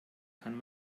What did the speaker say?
kann